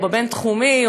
או בבינתחומי,